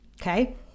Okay